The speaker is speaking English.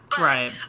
Right